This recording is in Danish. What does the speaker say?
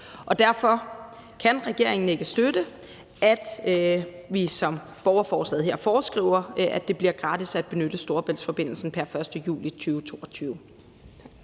derfor kan regeringen ikke støtte, at det, som borgerforslaget her foreskriver, bliver gratis at benytte Storebæltsforbindelsen pr. 1. juli 2022. Tak.